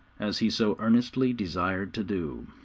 as he so earnestly desired to do.